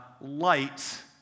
light